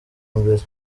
mbere